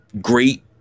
great